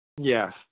Yes